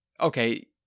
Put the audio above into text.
okay